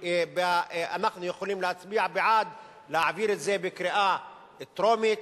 ואנחנו יכולים להצביע בעד להעביר את זה בקריאה טרומית,